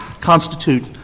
constitute